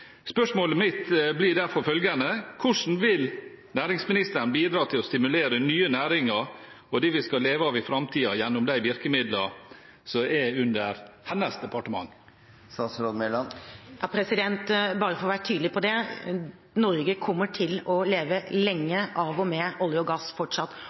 Spørsmålet mitt blir derfor følgende: Hvordan vil næringsministeren bidra til å stimulere nye næringer og det vi skal leve av i framtiden, gjennom de virkemidlene som er under hennes departement? Bare for å være tydelig på det: Norge kommer til å leve lenge av og med olje og gass fortsatt,